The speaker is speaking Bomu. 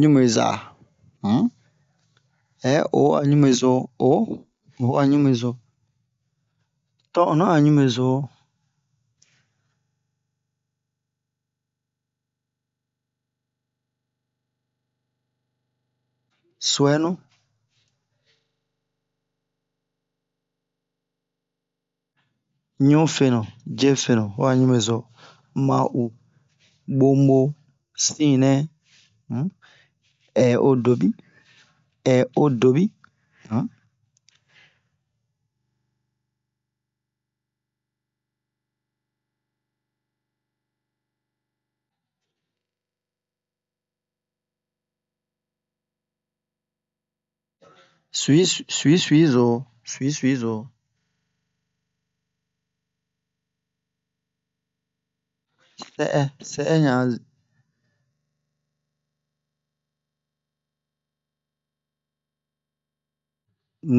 ɲuɓeza um hɛ oo a ɲuɓeza o'o o'o a ɲuɓezo ton'onnon a ɲuɓezo suwɛnu ɲufenu jefenu ho a ɲuɓezo ma'u ɓoɓo'o sinɛ um ɛ'odoɓi ɛ'odobi um suwis- suwisuwizo suwisuwizo sɛ'ɛ sɛ'ɛ ɲan a